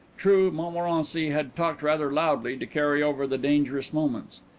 true, montmorency had talked rather loudly, to carry over the dangerous moments.